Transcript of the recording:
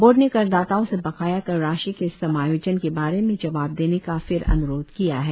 board ने करदाताओं से बकाया कर राशि के समायोजन के बारे में जवाब देने का फिर अन्रोध किया है